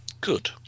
Good